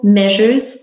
measures